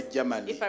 Germany